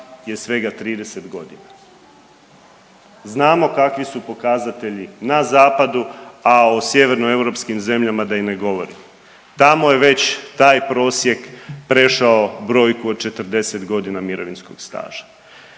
je svega 30 godina. Znamo kakvi su pokazatelji na zapadu, a o sjevernoeuropskim zemljama da i ne govorim. Tamo je već taj prosjek prešao brojku od 40 godina mirovinskog staža.